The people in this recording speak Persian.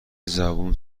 زبون